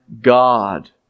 God